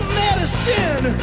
medicine